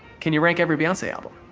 can you rank every beyonce album?